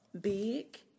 Big